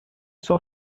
sua